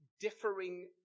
differing